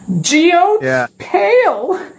Geo-pale